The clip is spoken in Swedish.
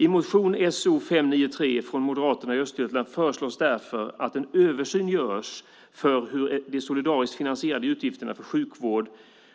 I motion So593 från Moderaterna i Östergötland föreslås därför att en översyn ska göras när det gäller hur de solidariskt finansierade utgifterna för sjukvård